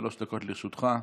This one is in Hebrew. שלוש דקות לרשותך.